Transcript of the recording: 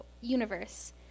universe